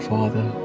Father